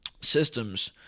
systems